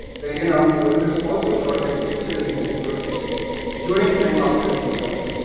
the indian armed forces also shot dead six civilians in protests during and after the encounter.